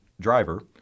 driver